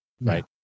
right